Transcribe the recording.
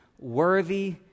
worthy